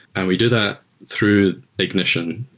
and we do that through ignition,